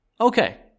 Okay